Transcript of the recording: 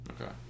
Okay